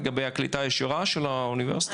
לגבי הקליטה הישירה של האוניברסיטה?